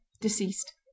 Deceased